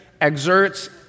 exerts